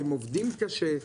הם עובדים קשה,